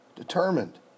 determined